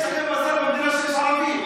יש לכם מזל שבמדינה יש ערבים,